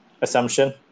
assumption